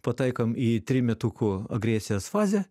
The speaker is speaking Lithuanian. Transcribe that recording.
pataikom į trimetukų agresijos fazę